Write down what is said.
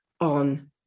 on